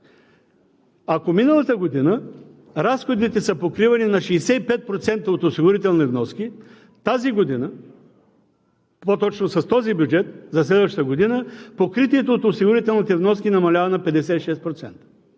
Ако миналата година разходите са покривани на 65% от осигурителни вноски, тази година, по-точно с този бюджет за следващата година, покритието от осигурителните вноски намалява на 56%,